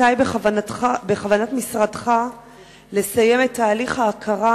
מתי בכוונת משרדך לסיים את תהליך ההכרה